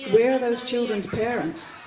were are those children's parents?